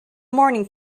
morning